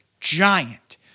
giant